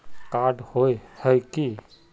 Card होय है की?